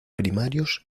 primarios